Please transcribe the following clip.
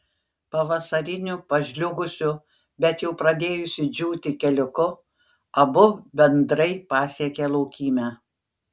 pavasariniu pažliugusiu bet jau pradėjusiu džiūti keliuku abu bendrai pasiekė laukymę